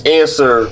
answer